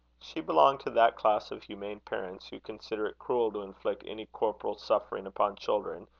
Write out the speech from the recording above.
she belonged to that class of humane parents who consider it cruel to inflict any corporal suffering upon children,